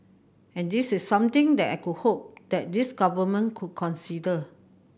and this is something that I could hope that this Government could consider